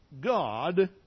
God